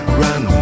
run